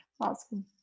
Awesome